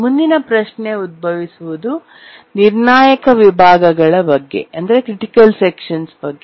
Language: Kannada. ಮುಂದಿನ ಪ್ರಶ್ನೆ ಉದ್ಭವಿಸುವುದು ನಿರ್ಣಾಯಕ ವಿಭಾಗಗಳ ಕ್ರಿಟಿಕಲ್ ಸೆಕ್ಷನ್ ಬಗ್ಗೆ